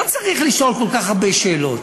לא צריך לשאול כל כך הרבה שאלות.